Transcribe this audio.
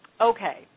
Okay